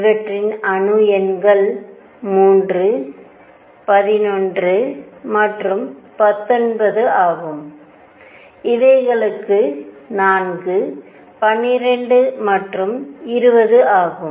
இவற்றின் அணு எண்கள் 3 11 மற்றும் 19 ஆகும் இவைகளுக்கு 4 12 மற்றும் 20 ஆகும்